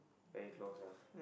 very close ah